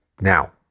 Now